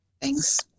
Thanks